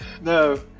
no